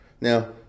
Now